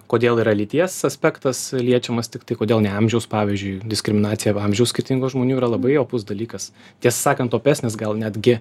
kodėl yra lyties aspektas liečiamas tiktai kodėl ne amžiaus pavyzdžiui diskriminacija arba amžius skirtingų žmonių yra labai opus dalykas tiesą sakant opesnis gal netgi